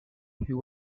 who